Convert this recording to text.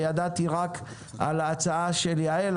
וידעתי רק על ההצעה של יעל,